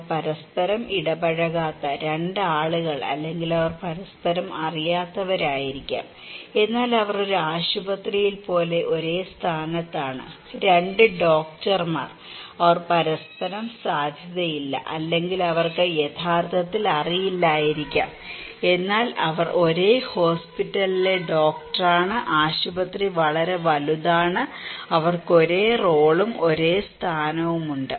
അവർ പരസ്പരം ഇടപഴകാത്ത 2 ആളുകൾ അല്ലെങ്കിൽ അവർ പരസ്പരം അറിയാത്തവരായിരിക്കാം എന്നാൽ അവർ ഒരു ആശുപത്രിയിൽ പോലെ ഒരേ സ്ഥാനത്താണ് 2 ഡോക്ടർമാർ അവർ പരസ്പരം സാധ്യതയില്ല അല്ലെങ്കിൽ അവർക്ക് യഥാർത്ഥത്തിൽ അറിയില്ലായിരിക്കാം എന്നാൽ അവർ ഒരേ ഹോസ്പിറ്റലിലെ ഡോക്ടറാണ് ആശുപത്രി വളരെ വലുതാണ് അവർക്ക് ഒരേ റോളും ഒരേ സ്ഥാനവുമുണ്ട്